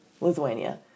Lithuania